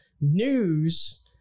news